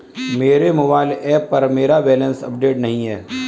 मेरे mobile app पर मेरा बैलेंस अपडेट नहीं है